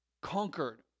conquered